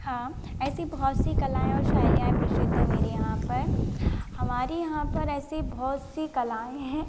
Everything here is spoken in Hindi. हाँ ऐसी बहुत सी कलाएँ और शैलियाँ प्रसिद्ध हैं मेरे यहाँ पर हमारे यहाँ पर ऐसे बहुत सी कलाएँ हैं